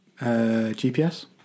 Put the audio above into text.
GPS